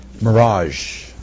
Mirage